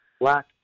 black